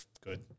good